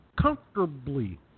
Comfortably